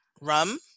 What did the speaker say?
rum